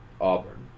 Auburn